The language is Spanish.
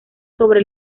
sobre